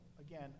Again